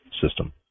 system